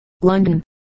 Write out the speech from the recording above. London